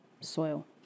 soil